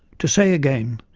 to say again,